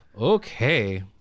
Okay